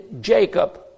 Jacob